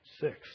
six